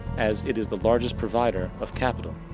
as it is the largest provider of capital.